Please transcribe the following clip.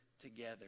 together